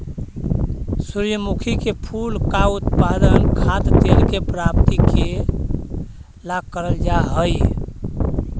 सूर्यमुखी के फूल का उत्पादन खाद्य तेल के प्राप्ति के ला करल जा हई